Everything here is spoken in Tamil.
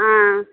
ஆ